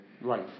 Right